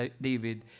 David